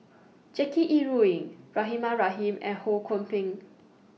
Jackie Yi Ru Ying Rahimah Rahim and Ho Kwon Ping